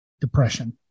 depression